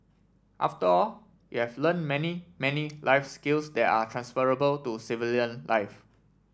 after all you have learn many many life skills that are transferable to civilian life